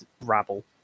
rabble